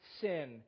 sin